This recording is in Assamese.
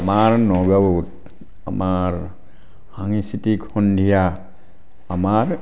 আমাৰ নগাঁৱত আমাৰ সাংস্কৃতিক সন্ধিয়া আমাৰ